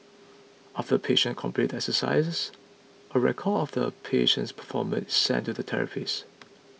after the patient completes the exercises a record of the patient's performance sent to the therapist